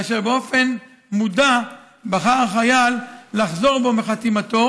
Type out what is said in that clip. כאשר באופן מודע בחר החייל לחזור בו מחתימתו